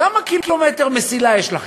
כמה קילומטר מסילה יש לכם?